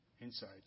inside